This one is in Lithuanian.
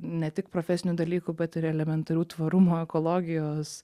ne tik profesinių dalykų bet ir elementarių tvarumo ekologijos